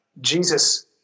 Jesus